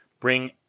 bring